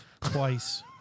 twice